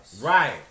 Right